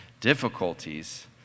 difficulties